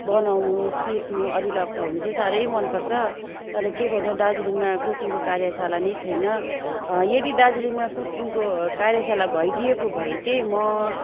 बनाउनु सिक्नु अरूलाई खुवाउनु चाहिँ साह्रै मन पर्छ तर के गर्नु दार्जिलिङमा कुकिङको कार्यशाला नै छैन यदि दार्जिलिङमा कुकिङको कार्यशाला भइदिएको भए चाहिँ म